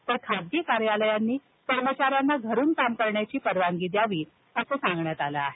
तर खासगी कार्यालयांनी कर्मचाऱ्यांना घरून काम करण्याची परवानगी द्यावी असं सांगण्यात आलं आहे